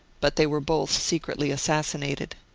but they were both secretly assassinated.